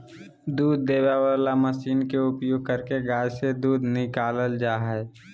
दूध देबे वला मशीन के उपयोग करके गाय से दूध निकालल जा हइ